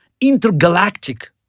intergalactic